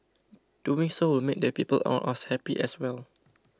doing so will make the people on us happy as well